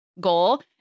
goal